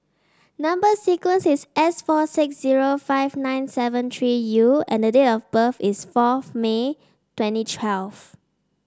number sequence is S four six zero five nine seven three U and the date of birth is fourth May twenty twelve